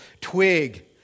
twig